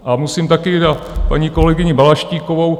A musím také na paní kolegyni Balaštíkovou.